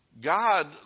God